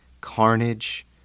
carnage